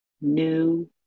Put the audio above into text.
new